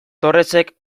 torresek